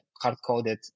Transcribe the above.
hard-coded